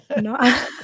No